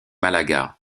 malaga